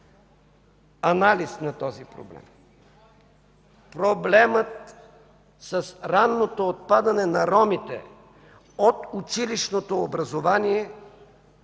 анализ на този проблем – проблемът с ранното отпадане на ромите от училищното образование не